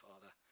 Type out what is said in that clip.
Father